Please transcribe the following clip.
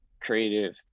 creative